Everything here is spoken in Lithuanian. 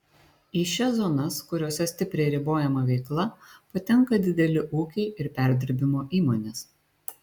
į šias zonas kuriose stipriai ribojama veikla patenka dideli ūkiai ir perdirbimo įmonės